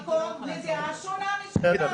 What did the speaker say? יש מקום לדעה שונה משלך,